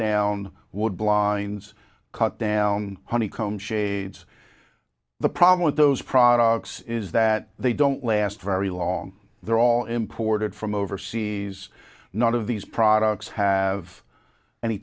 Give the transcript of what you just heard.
down wood blinds cut down honeycomb shades the problem with those products is that they don't last very long they're all imported from overseas none of these products have any